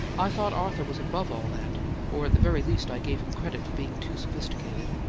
i thought arthur was above all that or at the very least i gave him credit for being too sophisticated.